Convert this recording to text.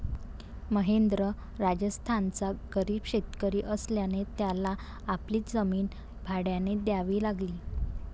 महेंद्र राजस्थानचा गरीब शेतकरी असल्याने त्याला आपली जमीन भाड्याने द्यावी लागली